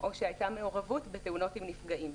או שהייתה מעורבות בתאונות עם נפגעים,